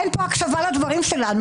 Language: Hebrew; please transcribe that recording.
אין כאן הקשבה לדברים שלנו.